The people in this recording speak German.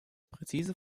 präzise